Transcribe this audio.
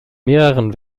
mehreren